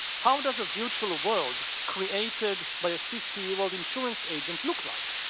how does a virtual world created by a fifty year old insurance agent look like